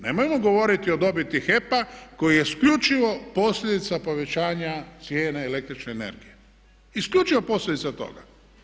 Nemojmo govoriti o dobiti HEP-a koji je isključivo posljedica povećanja cijene električne energije, isključivo posljedica toga.